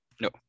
No